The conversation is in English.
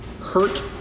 hurt